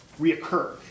reoccur